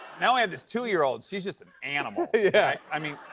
now we have this two year old. she's just an animal. yeah. right? i mean,